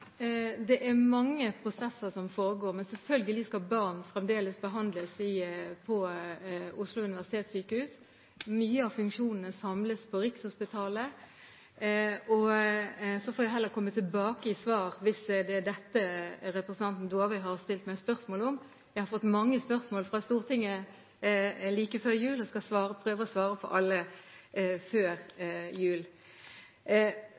Det er mange prosesser som foregår, men selvfølgelig skal barn fremdeles behandles på Oslo universitetssykehus. Mange av funksjonene samles på Rikshospitalet. Jeg får heller komme tilbake i svar hvis det er dette representanten Dåvøy har stilt meg spørsmål om. Jeg har fått mange spørsmål fra Stortinget like før jul, og jeg skal prøve å svare på alle før